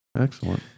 Excellent